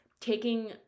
taking